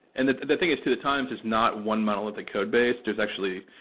and the the thing is to the times it's not one modal with the code base. there's actually,